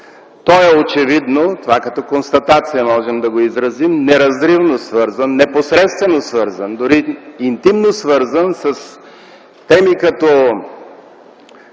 Той е очевидно – това като констатация можем да го изразим, неразривно свързан, непосредствено свързан, дори интимно свързан с теми като